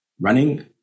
running